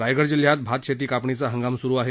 रायगड जिल्हयात भातशेती कापणीचा हंगाम सुरू आहे